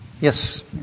Yes